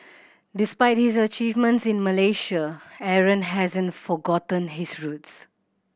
despite his achievements in Malaysia Aaron hasn't forgotten his roots